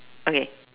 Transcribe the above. okay